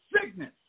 sickness